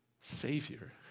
Savior